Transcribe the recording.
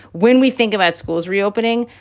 when we think about schools reopening,